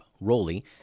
Rolly